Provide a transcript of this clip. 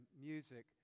music